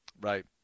Right